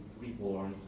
reborn